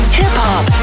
hip-hop